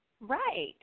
Right